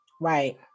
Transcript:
right